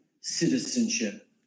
citizenship